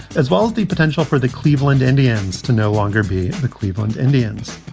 as well as the potential for the cleveland indians to no longer be the cleveland indians.